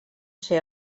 ser